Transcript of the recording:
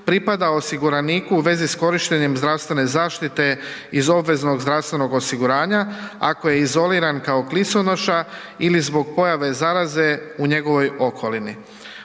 pripada osiguraniku u vezi s korištenjem zdravstvene zaštite iz obveznog zdravstvenog osiguranja ako je izoliran kao kliconoša ili zbog pojave zaraze u njegovoj okolini.